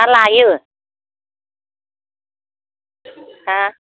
ना लायो हा